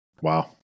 Wow